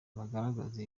bagaragaza